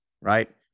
right